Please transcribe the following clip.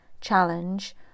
challenge